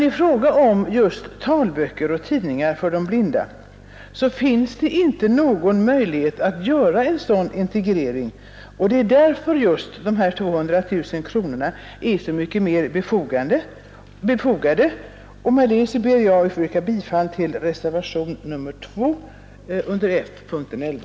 I fråga om just talböcker och tidningar för blinda finns emellertid inte förutsättningar för en sådan integrering. Därför är dessa 200 000 kronor desto mer befogade. Med detta ber jag att få yrka bifall till reservationen F 2 vid punkten 1.